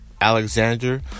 Alexander